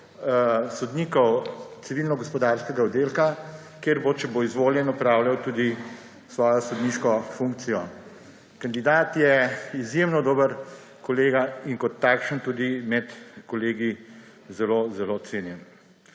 sodnikov civilno-gospodarskega oddelka, kjer bo, če bo izvoljen, opravljal tudi svojo sodniško funkcijo. Kandidat je izjemno dober kolega in kot takšen tudi med kolegi zelo zelo cenjen.